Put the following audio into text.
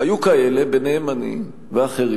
היו כאלה, ביניהם אני ואחרים,